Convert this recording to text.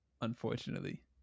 unfortunately